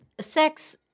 sex